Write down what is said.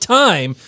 time